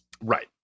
Right